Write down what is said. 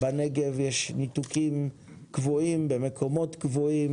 בנגב יש ניתוקים קבועים במקומות קבועים.